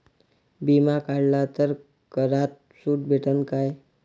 बिमा काढला तर करात सूट भेटन काय?